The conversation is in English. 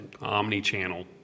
omni-channel